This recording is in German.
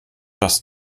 das